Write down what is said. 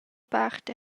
part